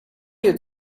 you